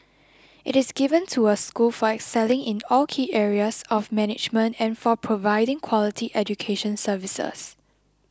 it is given to a school for excelling in all key areas of management and for providing quality education services